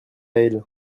elle